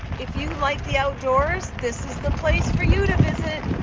if you like the outdoors, this is the place for you to visit.